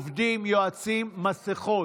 בבקשה, עובדים, יועצים, מסכות.